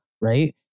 right